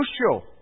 crucial